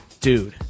Dude